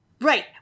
Right